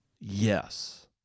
Yes